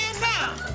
now